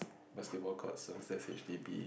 basketball courts itself that's H_D_B